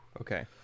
Okay